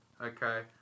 Okay